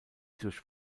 durch